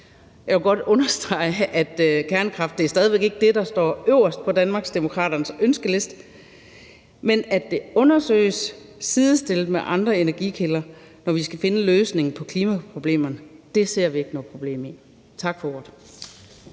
Jeg vil godt understrege, at kernekraft stadig væk ikke er det, der står øverst på Danmarksdemokraternes ønskeliste, men at det undersøges sidestillet med andre energikilder, når vi skal finde en løsning på klimaproblemerne, ser vi ikke noget problem i. Tak for ordet.